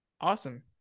awesome